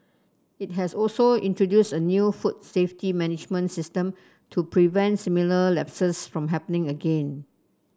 it has also introduced a new food safety management system to prevent similar lapses from happening again